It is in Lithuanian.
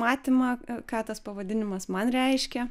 matymą ką tas pavadinimas man reiškia